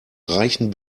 reichen